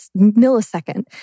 millisecond